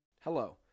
hello